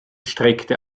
streckte